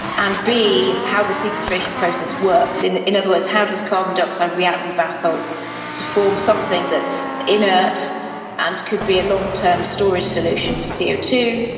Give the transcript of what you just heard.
and how the sequestration process works. in in other words, how does carbon dioxide react with basalts to form something that's inert and could be a long-term storage solution for c o two,